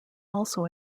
also